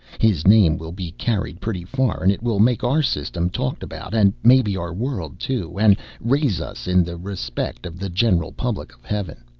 his name will be carried pretty far, and it will make our system talked about, and maybe our world, too, and raise us in the respect of the general public of heaven.